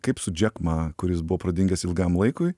kaip su džek ma kuris buvo pradingęs ilgam laikui